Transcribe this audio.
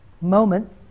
moment